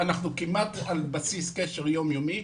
אנחנו על בסיס קשר יום יומי.